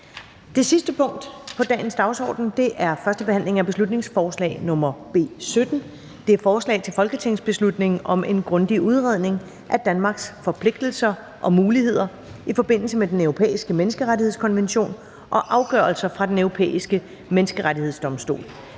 Det sidste punkt på dagsordenen er: 3) 1. behandling af beslutningsforslag nr. B 17: Forslag til folketingsbeslutning om en grundig udredning af Danmarks forpligtelser og muligheder i forbindelse med Den Europæiske Menneskerettighedskonvention (EMRK) og afgørelser fra Den Europæiske Menneskerettighedsdomstol